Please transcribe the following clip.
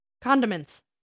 Condiments